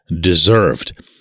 deserved